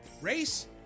race